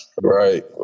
Right